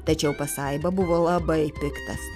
tačiau pasaiba buvo labai piktas